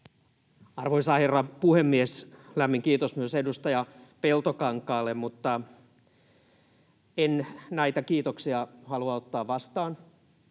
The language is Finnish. Arvoisa herra puhemies! Lämmin kiitos myös edustaja Peltokankaalle, mutta en näitä kiitoksia halua ottaa vastaan,